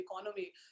economy